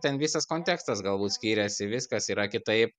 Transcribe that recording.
ten visas kontekstas galbūt skiriasi viskas yra kitaip